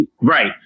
Right